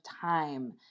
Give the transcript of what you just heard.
time